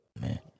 man